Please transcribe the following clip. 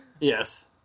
Yes